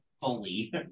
fully